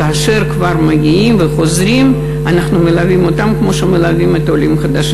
כאשר כבר מגיעים וחוזרים אנחנו מלווים אותם כמו שמלווים עולים חדשים.